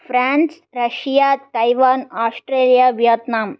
France Russia Taiwan Australia Vietnam